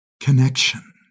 connection